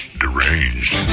deranged